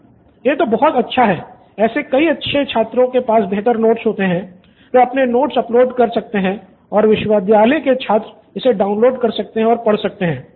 student 5 यह तो बहुत अच्छा ऐसे कई अच्छे छात्रों के पास बेहतर नोट्स होते हैं वे अपने नोट्स अपलोड कर सकते हैं और विश्वविद्यालय के छात्र इसे डाउनलोड कर सकते हैं और पढ़ सकते हैं